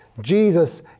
Jesus